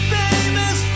famous